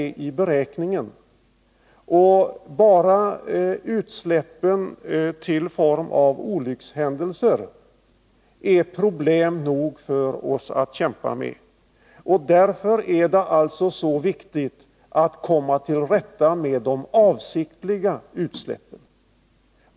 Och bara de utsläpp som sker genom olyckshändelser ger oss problem nog att kämpa med. Därför är det så viktigt att vi kommer till rätta med de avsiktliga utsläppen.